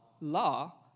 law